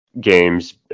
games